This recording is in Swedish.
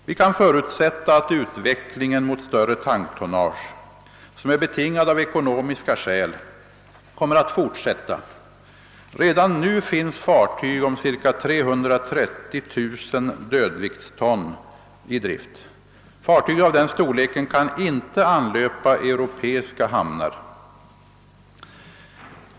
Vi kan förutsätta att utvecklingen mot större tanktonnage, som är betingad av ekonomiska skäl, kommer att fortsätta. Redan nu finns fartyg om ca 330 000 dödviktston i drift. Fartyg av den storleken kan inte anlöpa europeiska hamnar.